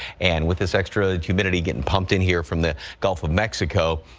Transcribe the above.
and with this extra humidity getting pumped in here from the gulf of mexico.